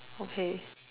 okay